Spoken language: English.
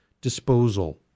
disposal